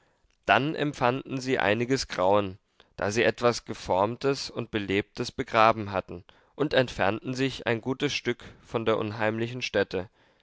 dann empfanden sie einiges grauen da sie etwas geformtes und belebtes begraben hatten und entfernten sich ein gutes stück von der unheimlichen stätte